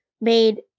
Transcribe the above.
made